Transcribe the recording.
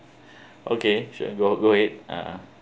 okay sure go go ahead uh